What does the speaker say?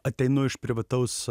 ateinu iš privataus